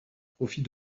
profit